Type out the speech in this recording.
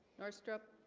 north strip